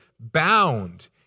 bound